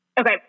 okay